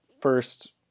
first